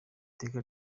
iteka